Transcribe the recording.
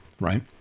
right